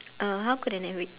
uh how could an every~